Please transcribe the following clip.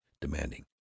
demanding